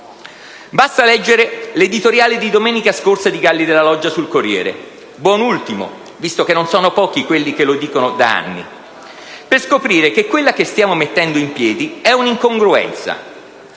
Basta leggere l'editoriale di domenica scorsa di Galli della Loggia sul «Corriere della Sera» - buon ultimo, visto che non sono pochi quelli che lo dicono da anni - per scoprire che quella che stiamo mettendo insieme è una incongruenza.